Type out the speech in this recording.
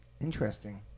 Interesting